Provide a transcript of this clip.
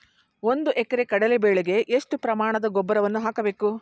ಒಂದು ಎಕರೆ ಕಡಲೆ ಬೆಳೆಗೆ ಎಷ್ಟು ಪ್ರಮಾಣದ ಗೊಬ್ಬರವನ್ನು ಹಾಕಬೇಕು?